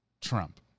Trump